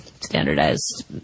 standardized